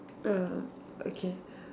uh okay